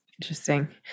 Interesting